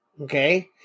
Okay